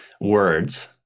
words